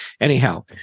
Anyhow